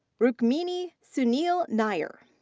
rukmini sunil nair.